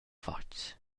fatgs